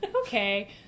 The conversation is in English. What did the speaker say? okay